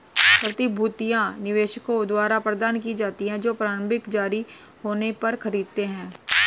प्रतिभूतियां निवेशकों द्वारा प्रदान की जाती हैं जो प्रारंभिक जारी होने पर खरीदते हैं